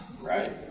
Right